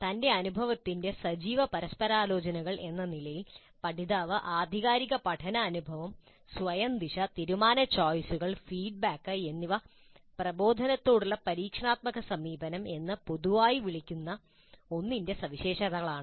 തന്റെ അനുഭവത്തിന്റെ സജീവ പരസ്പരാലോചനകൾ എന്ന നിലയിൽ പഠിതാവ് ആധികാരിക പഠന അനുഭവം സ്വയം ദിശ തീരുമാന ചോയ്സുകൾ ഫീഡ്ബാക്ക് എന്നിവ പ്രബോധനത്തോടുള്ള പരീക്ഷണാത്മക സമീപനം എന്ന് പൊതുവായി വിളിക്കപ്പെടുന്ന ഒന്നിന്റെ സവിശേഷതകളാണ്